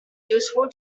useful